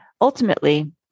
Ultimately